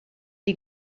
die